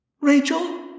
Rachel